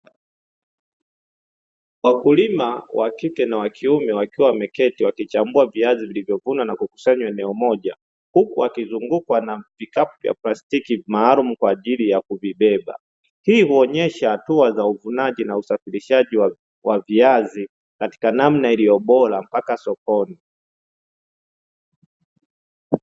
Wakulima wa kike na wakiume wakiwa wameketi wakichambua viazi vilivyovunwa na kukusanywa eneo moja huku wakizungukwa na vikapu vya plastki maalumu kwa ajili ya kuvibeba, hii huonyesha hatua za uvunaji na usafirishaji wa viazi katika namna iliyo bora mpaka sokoni.